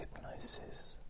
Hypnosis